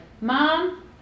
Mom